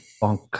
Bunk